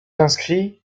inscrit